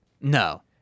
No